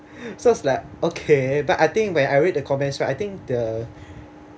so I was like okay but I think when I read the comments right I think the